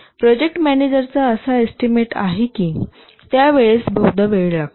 project मॅनेजरचा असा estimate आहे की त्या वेळेस बहुधा वेळ लागतो